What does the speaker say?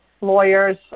lawyers